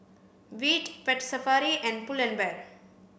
Veet Pet Safari and Pull and Bear